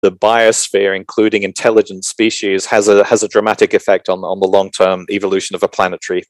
לביוספירה, הכוללת מינים אינטליגנטיים, יש השפעה דרמטית על התפתחות הפלנטה בטווח הרחוק